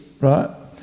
right